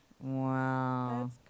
Wow